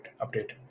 update